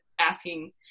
asking